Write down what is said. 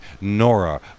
Nora